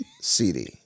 CD